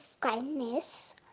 kindness